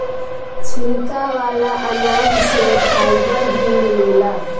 छिलका वाला अनाज से फाइबर भी मिलेला